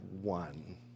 one